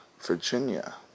Virginia